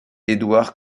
édouard